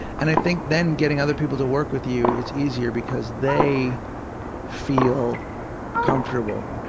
and i think then getting other people to work with you is easier because they feel comfortable